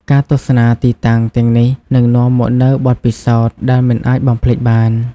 ការទស្សនាទីតាំងទាំងនេះនឹងនាំមកនូវបទពិសោធន៍ដែលមិនអាចបំភ្លេចបាន។